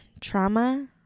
trauma